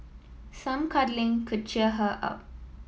some cuddling could cheer her up